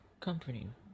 comforting